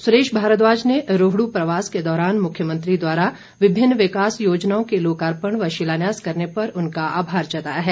सुरेश भारद्वाज ने रोहडू प्रवास के दौरान मुख्यमंत्री द्वारा विभिन्न विकास योजनाओं के लोकार्पण व शिलान्यास करने पर उनका आभार जताया है